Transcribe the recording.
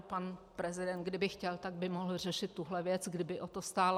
Pan prezident, kdyby chtěl, tak by mohl řešit tuhle věc, kdyby o to stál.